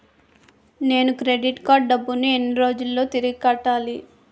నేను credit card డబ్బును ఎన్ని రోజుల్లో తిరిగి కట్టాలి?